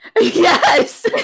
Yes